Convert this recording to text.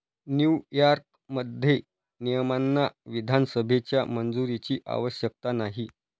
न्यूयॉर्कमध्ये, नियमांना विधानसभेच्या मंजुरीची आवश्यकता नाही